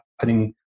happening